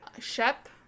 Shep